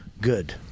good